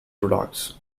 products